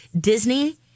Disney